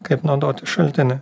kaip naudoti šaltinį